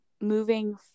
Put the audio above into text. moving